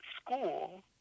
school